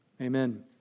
Amen